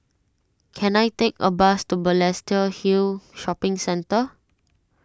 can I take a bus to Balestier Hill Shopping Centre